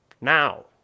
Now